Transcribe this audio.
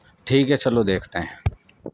ٹھیک ہے چلو دیکھتے ہیں